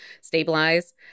stabilize